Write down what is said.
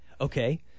Okay